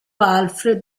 alfred